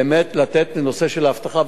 באמת לתת לנושא של האבטחה,